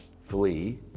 flee